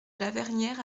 lavernière